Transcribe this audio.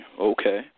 Okay